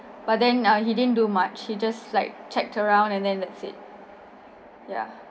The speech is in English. but then he didn't do much he just like checked around and then that's it yeah